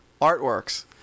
Artworks